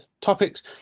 topics